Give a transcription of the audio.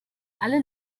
alle